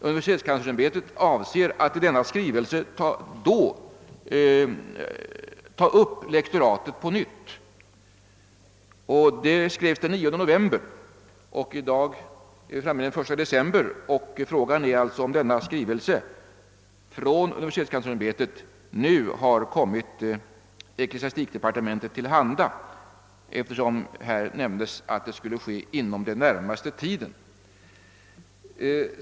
Universitetskanslersämbetet avser att i denna skrivelse på nytt ta upp frågan om lektorat. Detta skrevs den 9 november och i dag är vi framme vid den 1 december. Frågan är alltså om denna skrivelse från universitetskanslersämbetet nu har kommit ecklesiastikdepartementet till handa, eftersom det nämndes att det skulle ske inom den närmaste tiden.